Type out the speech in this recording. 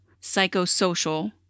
psychosocial